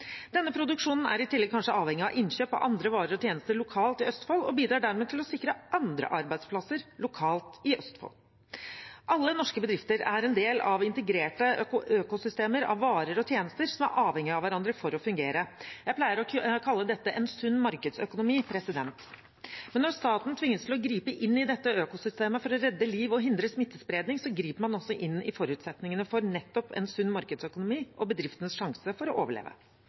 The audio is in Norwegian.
Denne produksjonen er i tillegg kanskje avhengig av innkjøp av andre varer og tjenester lokalt i Østfold, og bidrar dermed til å sikre andre arbeidsplasser lokalt i Østfold. Alle norske bedrifter er en del av integrerte økosystemer av varer og tjenester som er avhengig av hverandre for å fungere. Jeg pleier å kalle dette en sunn markedsøkonomi. Men når staten tvinges til å gripe inn i dette økosystemet for å redde liv og hindre smittespredning, griper man også inn i forutsetningene for nettopp en sunn markedsøkonomi, og bedriftenes sjanse for å overleve.